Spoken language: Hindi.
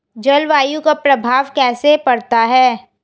जलवायु का प्रभाव कैसे पड़ता है?